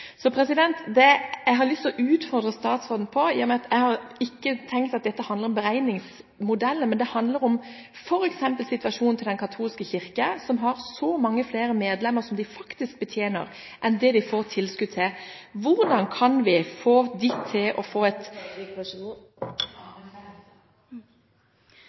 det Den norske kirke får. Da har jeg lyst til å utfordre statsråden: I og med at jeg har tenkt at dette ikke handler om beregningsmodeller, men det handler om f.eks. situasjonen til den katolske kirke som har så mange flere medlemmer som de faktisk betjener, enn det de får tilskudd til, hvordan kan vi få dem til å få